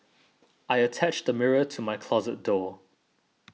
I attached a mirror to my closet door